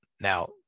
now